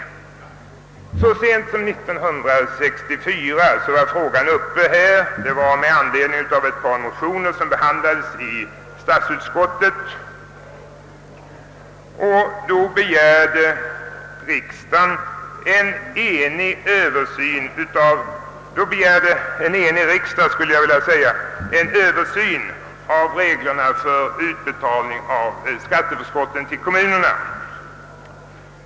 Så sent som 1964 var frågan uppe med anledning av ett par motioner som behandlats i statsutskottet. Då begärde en enig riksdag en översyn av reglerna för utbetalningar av skatteförskotten till kommunerna.